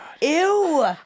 Ew